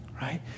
right